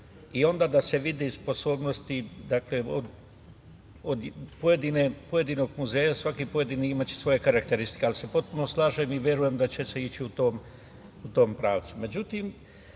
i onda da se vide sposobnosti pojedinog muzeja, svaki pojedini imaće svoje karakteristike. Potpuno se slažem i verujem da će se ići u tom